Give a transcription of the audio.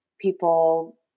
people